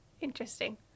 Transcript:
Interesting